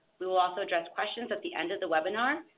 we will also address questions at the end of the webinar,